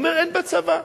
הוא אומר: אין בצבא.